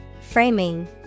framing